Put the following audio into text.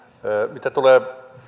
mitä tulee